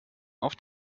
auf